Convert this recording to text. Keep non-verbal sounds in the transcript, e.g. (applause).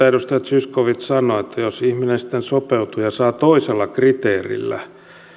(unintelligible) edustaja zyskowicz sanoi jos ihminen sopeutuu ja saa toisella kriteerillä